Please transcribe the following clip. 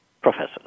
professors